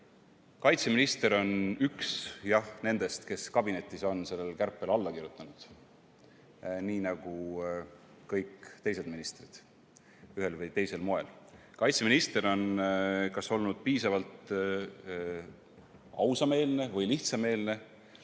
Kaitseminister on üks nendest, kes kabinetis on sellele kärpele alla kirjutanud, nii nagu kõik teised ministrid ühel või teisel moel. Kaitseminister on olnud kas piisavalt ausameelne või lihtsameelne